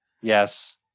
Yes